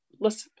Listen